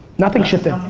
nothing shifted?